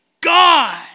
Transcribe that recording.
God